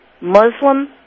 Muslim